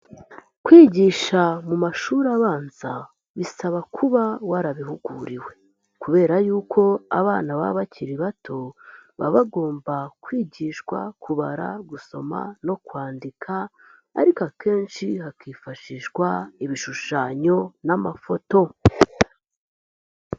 Kwigisha mu mashuri abanza, bisaba kuba warabihuguriwe kubera yuko abana baba bakiri bato, baba bagomba kwigishwa kubara, gusoma no kwandika ariko akenshi hakifashishwa ibishushanyo n'amafoto.